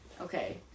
okay